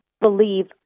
believe